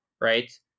right